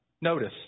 Notice